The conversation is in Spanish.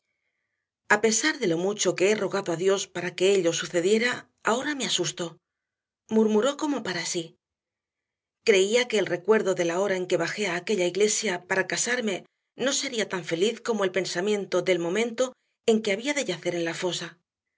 pesar de lo mucho que he rogado a dios para que ello sucediera ahora me asusto murmuró como para sí creía que el recuerdo de la hora en que bajé a aquella iglesia para casarme no sería tan feliz como el pensamiento del momento en que había de yacer en la fosa